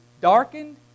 darkened